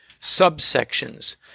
subsections